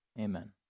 Amen